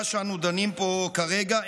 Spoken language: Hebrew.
מה שאנו דנים עליו פה כרגע,